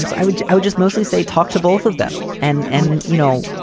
um so i would i would just mostly say talk to both of them. and, and you know,